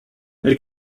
elle